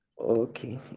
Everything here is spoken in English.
Okay